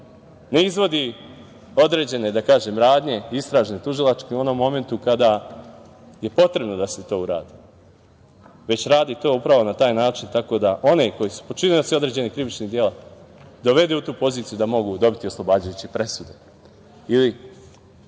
ne izvodi određene radnje, istražne, tužilačke u onom momentu kada je potrebno da se to uradi, već radi to upravo na taj način tako da one koji su počinioci određenih krivičnih dela dovede u tu poziciju da mogu dobiti oslobađajuće presude ili